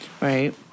Right